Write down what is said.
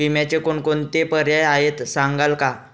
विम्याचे कोणकोणते पर्याय आहेत सांगाल का?